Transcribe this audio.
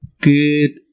Good